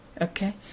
okay